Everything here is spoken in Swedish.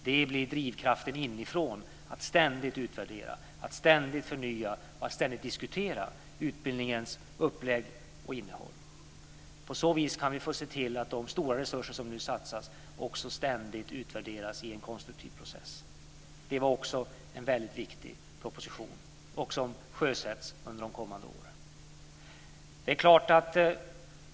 Det blir drivkraften inifrån, att ständigt utvärdera, att ständigt förnya, att ständigt diskutera utbildningens upplägg och innehåll. På så vis kan vi se till att de stora resurser som nu satsas också ständigt utvärderas i en konstruktiv process. Det var också en viktig proposition, och den sjösätts under de kommande åren.